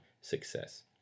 success